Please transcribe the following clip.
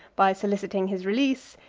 by soliciting his release,